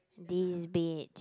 this bitch